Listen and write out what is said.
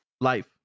life